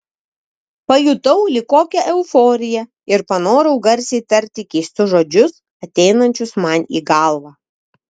pajutau lyg kokią euforiją ir panorau garsiai tarti keistus žodžius ateinančius man į galvą